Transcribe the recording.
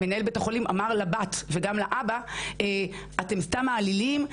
מנהל בית החולים אמר לבת וגם לאבא - אתם סתם מעלילים,